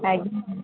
ଆଜ୍ଞା